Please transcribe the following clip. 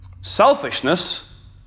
Selfishness